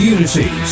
Unity